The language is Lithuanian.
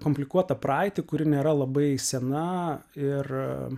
komplikuotą praeitį kuri nėra labai sena ir